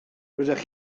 rydych